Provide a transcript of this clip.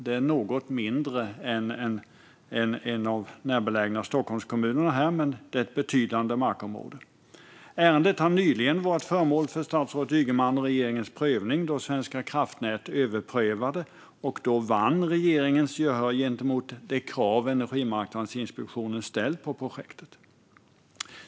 Det är något mindre än några av Stockholms närbelägna kommuner, men det är ändå ett betydande markområde. Ärendet har nyligen varit föremål för statsrådet Ygemans och regeringens prövning då Svenska kraftnät överprövade och vann regeringens gehör gentemot det krav som Energimarknadsinspektionen hade ställt på projektet. Fru talman!